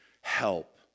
Help